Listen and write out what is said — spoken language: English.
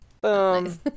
Boom